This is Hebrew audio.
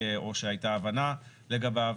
או שהיתה הבנה לגביו,